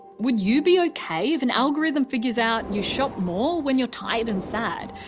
would you be ok if an algorithm figures out you shop more when you're tired and sad,